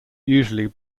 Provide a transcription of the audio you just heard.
usually